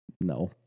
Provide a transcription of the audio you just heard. No